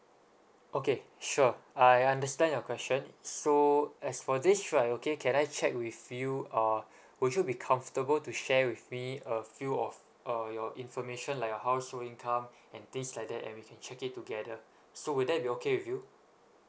okay sure I understand your question so as for this right okay can I check with you uh would you be comfortable to share with me a few of uh your information like your household income and things like that and we can check it together so will that be okay with you